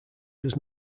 does